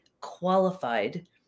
qualified